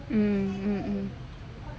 mmhmm mm